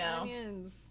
onions